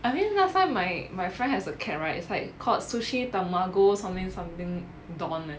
I mean last time my my friend has a cat right it's like called sushi tamago something something don